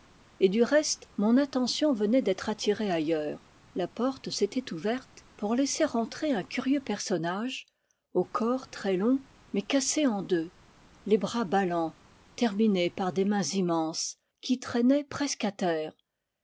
et du reste mon attention venait d'être attirée ailleurs la porte s'était ouverte pour laisser entrer un curieux personnage au corps très long mais cassé en deux les bras ballants terminés par des mains immenses qui traînaient presque à terre